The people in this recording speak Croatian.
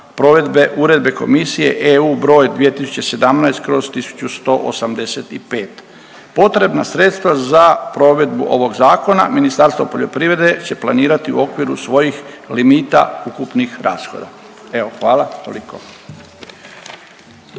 provedbe Uredbe Komisije EU broj 2017./1185. Potrebna sredstva za provedbu ovog zakona Ministarstvo poljoprivrede će planirati u okviru svojih limita ukupnih rashoda. Evo hvala.